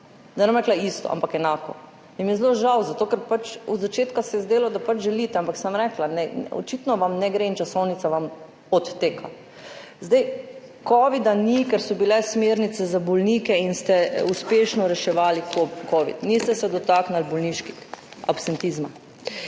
ne bom rekla isto, ampak enako. Mi je zelo žal, zato ker od začetka se je zdelo, da pač želite, ampak sem rekla, očitno vam ne gre in časovnica vam odteka. Covida ni, ker so bile smernice za bolnike in ste uspešno reševali covid. Niste se dotaknili bolniških, absentizma.